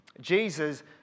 Jesus